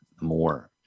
more